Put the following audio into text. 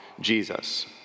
Jesus